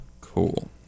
Cool